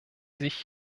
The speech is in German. sich